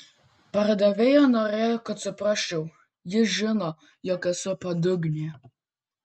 pardavėja norėjo kad suprasčiau ji žino jog esu padugnė